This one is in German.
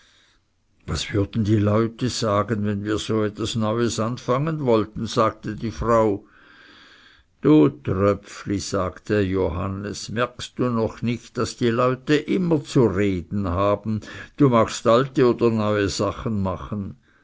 was würden die leute sagen wenn wir so etwas neues anfangen wollten sagte die frau du tröpfli sagte johannes merkst du noch nicht daß die leute immer zu reden haben du magst alte oder neue sachen machen